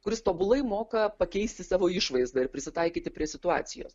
kuris tobulai moka pakeisti savo išvaizdą ir prisitaikyti prie situacijos